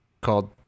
called